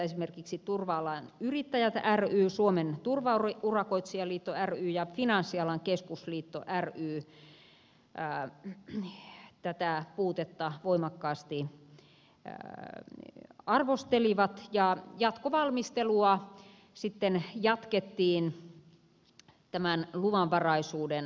esimerkiksi turva alan yrittäjät ry suomen turvaurakoitsijaliitto ry ja finanssialan keskusliitto ry tätä puutetta voimakkaasti arvostelivat ja jatkovalmistelua sitten jatkettiin tämän luvanvaraisuuden pohjalta